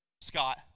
Scott